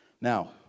Now